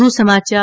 વધુ સમાચાર